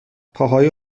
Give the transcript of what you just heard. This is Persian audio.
پاهای